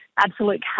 Absolute